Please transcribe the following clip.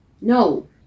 No